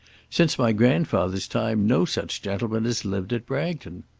since my grandfather's time no such gentleman has lived at bragton.